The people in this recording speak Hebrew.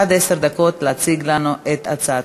עד עשר דקות להציג לנו את הצעתך.